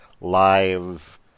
live